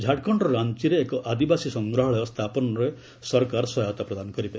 ଝାଡ଼ଖଣ୍ଡର ରାଞ୍ଚ୍ଚଠାରେ ଏକ ଆଦିବାସୀ ସଂଗ୍ରହାଳୟ ସ୍ଥାପନରେ ସରକାର ସହାୟତା ପ୍ରଦାନ କରିବେ